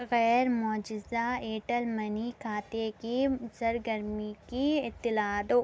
غیر معجزہ Airtel money کھاتے کی سرگرمی کی اطلاع دو